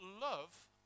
love